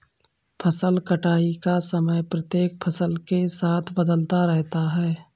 फसल कटाई का समय प्रत्येक फसल के साथ बदलता रहता है